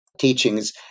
teachings